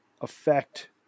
affect